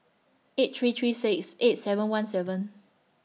eight three three six eight seven one seven